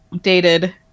dated